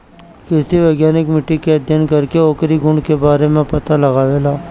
कृषि वैज्ञानिक मिट्टी के अध्ययन करके ओकरी गुण के बारे में पता लगावेलें